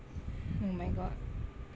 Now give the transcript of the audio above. oh my god